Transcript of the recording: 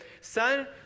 son